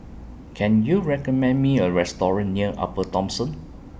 Can YOU recommend Me A Restaurant near Upper Thomson